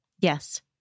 Yes